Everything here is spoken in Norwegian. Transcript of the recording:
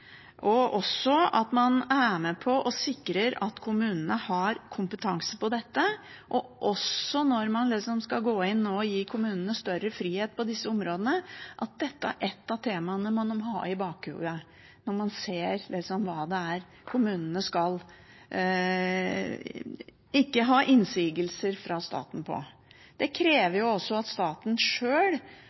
at man er med på å sikre at kommunene har kompetanse på dette, og at dette, når man nå skal gå inn og gi kommunene større frihet på disse områdene, er et av temaene man må ha i bakhodet når man ser på hva kommunene ikke skal ha innsigelser mot fra staten. Det krever også at staten sjøl